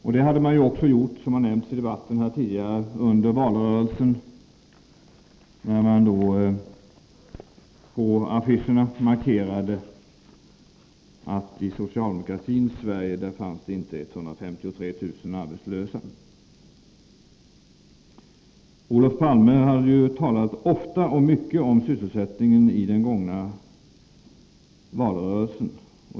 På samma sätt var det, som nämnts i debatten här, under valrörelsen, när socialdemokraterna på affischerna markerade att det i socialdemokratins Sverige inte fanns 153 000 arbetslösa. Olof Palme talade ofta och mycket om sysselsättningen under valrörelsen.